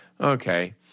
Okay